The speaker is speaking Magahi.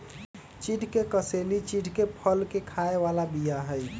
चिढ़ के कसेली चिढ़के फल के खाय बला बीया हई